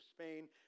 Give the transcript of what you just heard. Spain